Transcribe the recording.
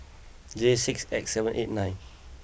J six X seven eight nine